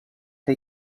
que